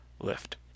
Lift